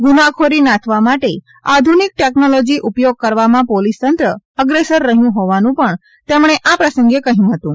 ગુનાખોરી નાથવા માટે આધુનિક ટેકનોલોજી ઉપયોગ કરવામાં પોલીસતંત્ર અગ્રેસર રહ્યું હોવાનું પણ તેમણે આ પ્રસંગે કહ્યું હતું